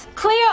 Clear